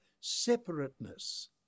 separateness